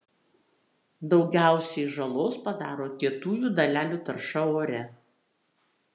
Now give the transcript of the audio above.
daugiausiai žalos padaro kietųjų dalelių tarša ore